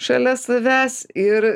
šalia savęs ir